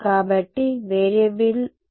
విద్యార్థి సమయం 0952 చూడండి